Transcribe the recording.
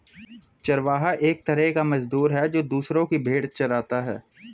चरवाहा एक तरह का मजदूर है, जो दूसरो की भेंड़ चराता है